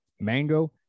mango